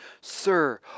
sir